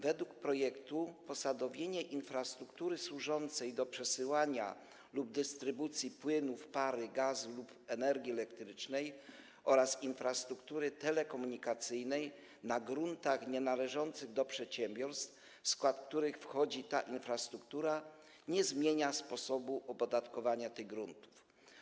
Według projektu posadowienie infrastruktury służącej do przesyłania lub dystrybucji płynów, pary, gazów lub energii elektrycznej oraz infrastruktury telekomunikacyjnej na gruntach nienależących do przedsiębiorstw, w skład których wchodzi ta infrastruktura, nie zmienia sposobu opodatkowania tych gruntów.